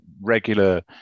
regular